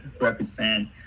represent